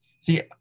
See